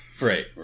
Right